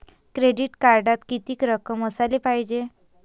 Credit कार्डात कितीक रक्कम असाले पायजे?